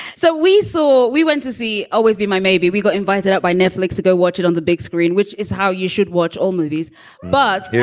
so we saw we went to see always be my maybe we got invited out by netflix to go watch it on the big screen, which is how you should watch old movies but yeah